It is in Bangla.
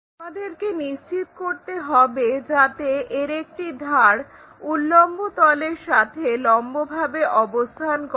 আমাদেরকে নিশ্চিত করতে হবে যাতে এর একটি ধার উল্লম্ব তলের সাথে লম্বভাবে অবস্থান করে